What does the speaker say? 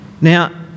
Now